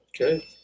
Okay